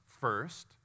first